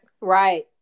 Right